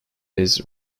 his